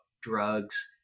drugs